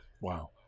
Wow